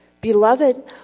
Beloved